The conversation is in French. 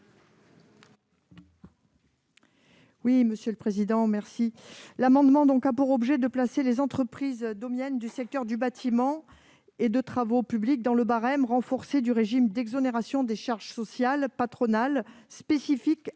n° 73 rectifié . Cet amendement a pour objet de placer les entreprises domiennes du secteur du bâtiment et des travaux publics dans le barème renforcé du régime d'exonération de charges sociales patronales spécifique, applicable